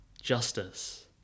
justice